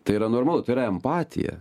tai yra normalu tai yra empatija